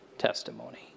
testimony